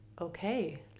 okay